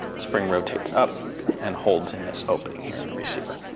spring rotates up and holds in this opening here in the receiver.